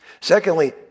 Secondly